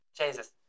Jesus